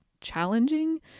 challenging